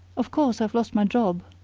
of course, i've lost my job,